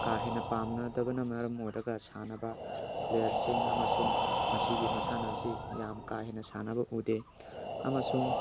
ꯀꯥ ꯍꯦꯟꯅ ꯄꯥꯝꯅꯗꯕꯅ ꯃꯔꯝ ꯑꯣꯏꯔꯒ ꯁꯥꯟꯅꯕ ꯄ꯭ꯂꯦꯌꯔꯁꯤꯡ ꯑꯃꯁꯨꯡ ꯃꯁꯤꯒꯤ ꯃꯁꯥꯟꯅ ꯑꯁꯤ ꯌꯥꯝ ꯀꯥꯍꯦꯟꯅ ꯁꯥꯟꯅꯕ ꯎꯗꯦ ꯑꯃꯁꯨꯡ